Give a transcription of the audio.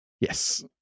Yes